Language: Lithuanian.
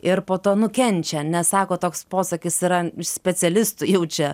ir po to nukenčia nes sako toks posakis yra iš specialistų jau čia